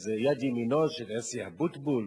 איזה יד ימינו של יוסי אבוטבול,